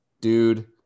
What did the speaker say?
dude